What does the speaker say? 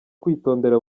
kwitondera